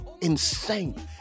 Insane